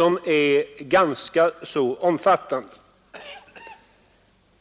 av ganska omfattande slag.